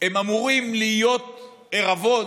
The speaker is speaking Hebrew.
אמורות להיות עירבון